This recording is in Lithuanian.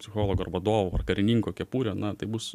psichologo ar vadovo ar karininko kepurę na tai bus